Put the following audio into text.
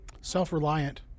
Self-reliant